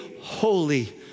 holy